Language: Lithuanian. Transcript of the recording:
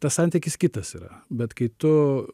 tas santykis kitas yra bet kai tu